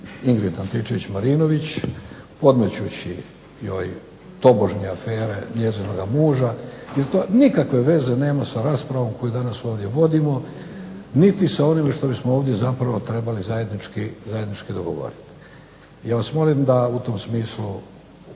Ingrid Antičević Marinović podmećući joj tobožnje afere njezinoga muža jer to nikakve veze nema sa raspravom koju danas ovdje vodimo niti sa onime što bismo ovdje zapravo trebali zajednički dogovoriti. Ja vas molim da u tom smislu